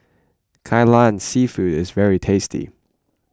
Kai Lan Seafood is very tasty